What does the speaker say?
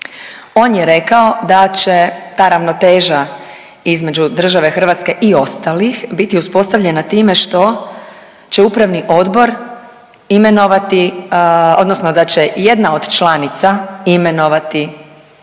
On je rekao da će ta ravnoteža između države Hrvatske i ostalih biti uspostavljena time što će upravni odbor imenovati, odnosno da će jedna od članica imenovati